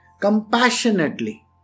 Compassionately